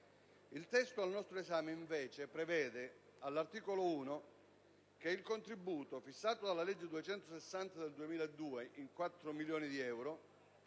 Il testo al nostro esame, invece, prevede all'articolo 1 che il contributo, fissato dalla legge n. 260 del 2002 in 4 milioni di euro,